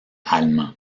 allemand